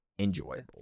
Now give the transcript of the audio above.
enjoyable